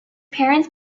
parents